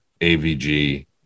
AVG